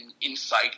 insight